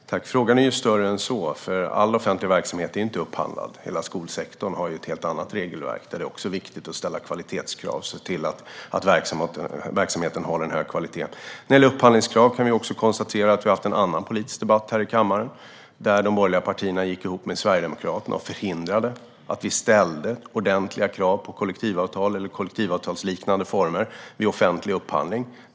Fru talman! Frågan är större än så. All offentlig verksamhet är nämligen inte upphandlad - skolsektorn har ett helt annat regelverk, där det också är viktigt att ställa kvalitetskrav och se till att verksamheten har hög kvalitet. När det gäller upphandlingskrav kan vi konstatera att vi har haft en annan politisk debatt här i kammaren där de borgerliga partierna gick ihop med Sverigedemokraterna och förhindrade att vi ställer ordentliga krav på kollektivavtal eller kollektivavtalsliknande villkor vid offentlig upphandling.